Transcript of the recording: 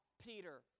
Peter